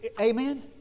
Amen